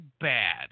bad